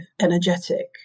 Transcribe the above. energetic